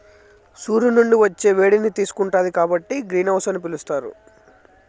సూర్యుని నుండి వచ్చే వేడిని తీసుకుంటాది కాబట్టి గ్రీన్ హౌస్ అని పిలుత్తారు